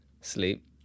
sleep